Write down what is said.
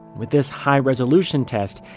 with this high resolution test,